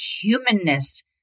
humanness